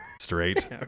straight